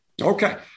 Okay